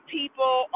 people